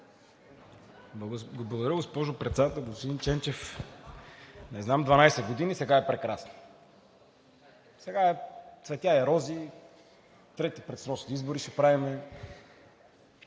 Благодаря, госпожо Председател. Господин Ченчев, не знам за 12 години, но сега е прекрасно! Сега е цветя и рози, трети предсрочни избори ще правим.